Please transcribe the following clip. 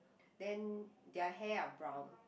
then their hair are brown